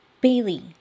Bailey